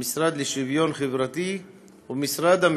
המשרד לשוויון חברתי ומשרד המשפטים,